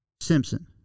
Simpson